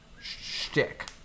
shtick